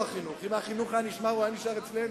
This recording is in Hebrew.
אם החינוך היה נשמר, הוא היה נשאר אצלו.